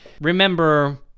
remember